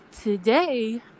today